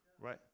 right